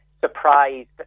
surprised